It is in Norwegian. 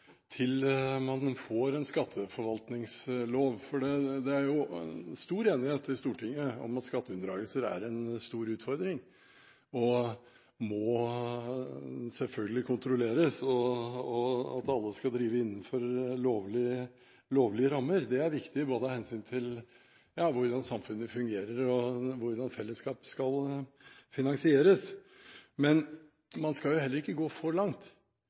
til man får en skatteforvaltningslov, for det er jo stor enighet i Stortinget om at skatteunndragelser er en stor utfordring og selvfølgelig må kontrolleres. At alle skal drive innenfor lovlige rammer, er viktig både av hensyn til hvordan samfunnet fungerer, og hvordan fellesskapet skal finansieres. Men man skal heller ikke gå for langt.